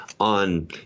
On